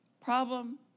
problem